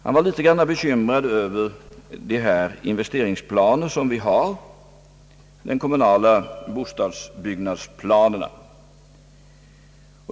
Han var litet bekymrad över de kommunala bostadsbyggnadsplanerna.